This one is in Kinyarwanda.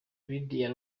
lydia